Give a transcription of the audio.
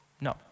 No